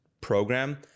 program